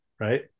right